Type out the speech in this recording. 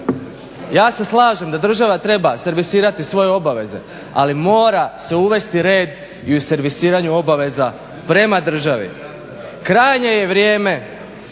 Ja se slažem da država treba servisirati svoje obaveze ali mora se uvesti red i u servisiranju obaveza prema državi. Krajnje je vrijeme